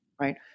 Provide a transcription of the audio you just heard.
right